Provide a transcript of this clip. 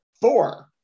four